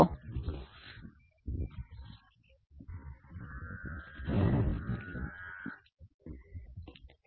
1012 1 x 23 0 x 22 1 x 21 0 x 20 1 x 2 1 0 x 2 2 1 x 2 310 8 2 0